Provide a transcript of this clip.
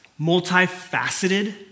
multifaceted